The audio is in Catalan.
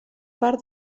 part